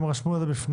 הם רשמו את זה בפניהם.